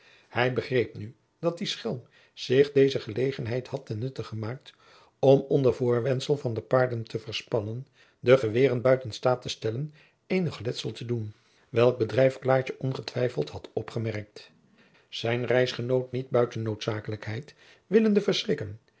hij begreep nu dat die schelm zich deze gelegenheid had ten nutte gemaakt om onder voorwendsel van de paarden te verspannen de geweeren buiten staat te stellen eenig letsel te doen welk bedrijf klaartje ongetwijfeld had opgemerkt zijnen reisgenoot niet buiten noodzakelijkheid willende